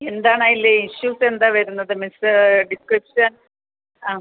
എന്താണ് അതിൽ ഇഷ്യൂസ് എന്താ വരുന്നത് മിസ്സ് ഡിസ്ക്രിപ്ഷൻ ആ